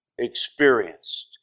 experienced